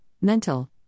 mental